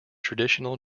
traditional